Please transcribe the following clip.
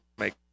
make